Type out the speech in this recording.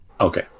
Okay